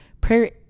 Prayer